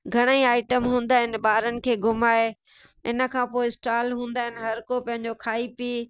घणेई आइटम हूंदा आहिनि ॿारनि खे घुमाए इन खां पोइ स्टॉल हूंदा आहिनि हर को पंहिंजो खाई पी